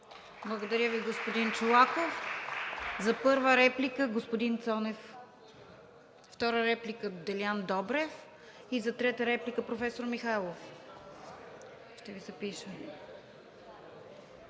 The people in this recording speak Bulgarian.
Благодаря Ви, господин Чолаков. За първа реплика – господин Цонев. Втора реплика – Делян Добрев. И за трета реплика – професор Михайлов. ЙОРДАН